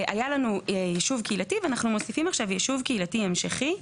היה לנו יישוב קהילתי ואנחנו מוסיפים עכשיו יישוב קהילתי המשכי.